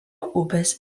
upės